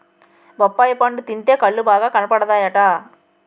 బొప్పాయి పండు తింటే కళ్ళు బాగా కనబడతాయట